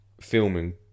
filming